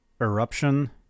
Eruption